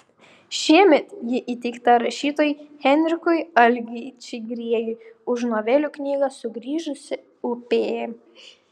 šiemet ji įteikta rašytojui henrikui algiui čigriejui už novelių knygą sugrįžusi upė